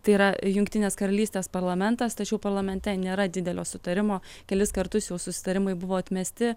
tai yra jungtinės karalystės parlamentas tačiau parlamente nėra didelio sutarimo kelis kartus jau susitarimai buvo atmesti